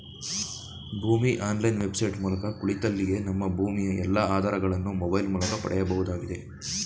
ಭೂಮಿ online website ಮೂಲಕ ಕುಳಿತಲ್ಲಿಯೇ ನಮ್ಮ ಭೂಮಿಯ ಎಲ್ಲಾ ಆಧಾರಗಳನ್ನು ಮೊಬೈಲ್ ಮೂಲಕ ಪಡೆಯಬಹುದಾಗಿದೆ